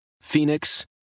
Phoenix